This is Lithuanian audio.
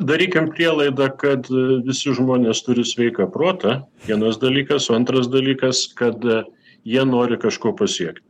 darykim prielaidą kad visi žmonės turi sveiką protą vienas dalykas o antras dalykas kad jie nori kažko pasiekt